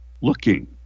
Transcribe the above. looking